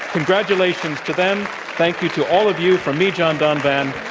congratulations to them thank you to all of you from me, john donvan,